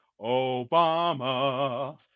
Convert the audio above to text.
Obama